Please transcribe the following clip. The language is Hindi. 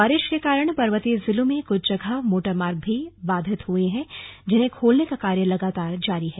बारिश के कारण पर्वतीय जिलों में कुछ जगह मोटरमार्ग भी बाधित हुए हैं जिन्हें खोलने का कार्य लगातार जारी है